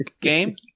game